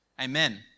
Amen